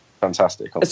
fantastic